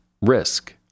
risk